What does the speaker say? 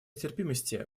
терпимости